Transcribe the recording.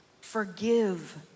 forgive